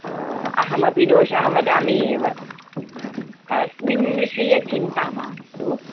अहमपि दोषं वदामि एव तस्मिन् विषये चिन्ता मास्तु